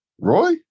Roy